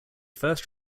first